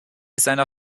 seiner